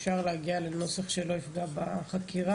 אפשר להגיע לנוסח שלא יפגע בחקירה,